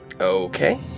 Okay